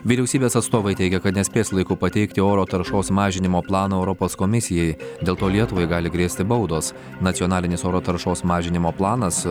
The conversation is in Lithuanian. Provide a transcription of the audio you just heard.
vyriausybės atstovai teigia kad nespės laiku pateikti oro taršos mažinimo plano europos komisijai dėl to lietuvai gali grėsti baudos nacionalinis oro taršos mažinimo planas